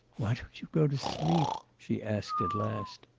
why don't you go to sleep she asked at last.